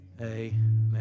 Amen